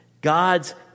God's